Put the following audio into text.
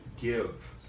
give